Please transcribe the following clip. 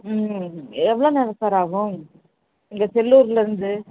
ம் எவ்வளோ நேரம் சார் ஆகும் இங்கே செல்லூரில் இருந்து